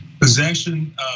Possession